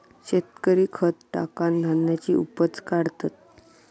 शेतकरी खत टाकान धान्याची उपज काढतत